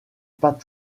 pas